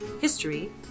history